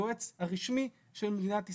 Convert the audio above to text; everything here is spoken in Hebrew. היועץ הרשמי של מדינת ישראל,